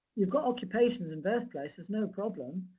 yeah occupations and birth places, no problem.